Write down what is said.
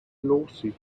lawsuit